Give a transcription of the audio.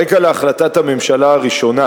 הרקע להחלטת הממשלה הראשונה,